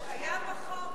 זה היה בחוק.